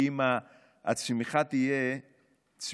כי אם הצמיחה תהיה איטית